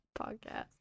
podcast